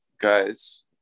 guys